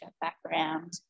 background